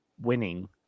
winning